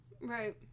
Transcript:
Right